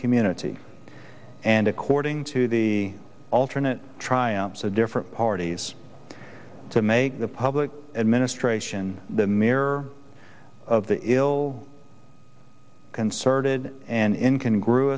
community and according to the alternate triumphs of different parties to make the public administration the mirror of the ill concerted and incan gr